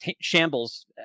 shambles